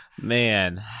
Man